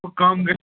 ہُہ کَم گژھِ